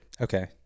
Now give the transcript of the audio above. Okay